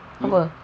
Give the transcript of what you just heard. apa